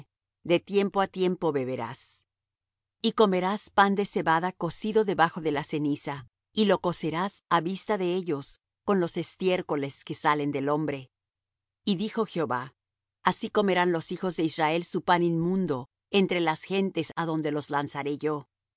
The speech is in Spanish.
de tiempo á tiempo beberás y comerás pan de cebada cocido debajo de la ceniza y lo cocerás á vista de ellos con los estiércoles que salen del hombre y dijo jehová así comerán los hijos de israel su pan inmundo entre las gentes á donde los lanzaré yo